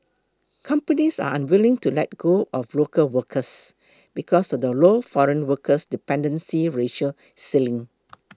companies are unwilling to let go of local workers because of the low foreign workers the dependency ratio ceiling